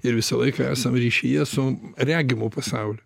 ir visą laiką esam ryšyje su regimu pasauliu